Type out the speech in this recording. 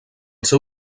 seu